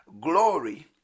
glory